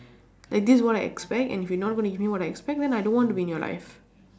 like this is what I expect and if you not going to give me what I expect then I don't want to be in your life